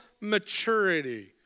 maturity